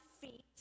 feet